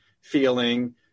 feeling